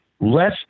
Less